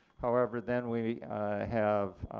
however then we have